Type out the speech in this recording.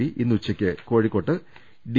P ഇന്ന് ഉച്ചയ്ക്ക് Kozhikode D